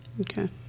Okay